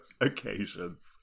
occasions